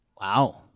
wow